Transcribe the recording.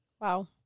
Wow